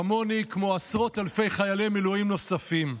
וכמוני עשרות אלפי חיילי מילואים נוספים.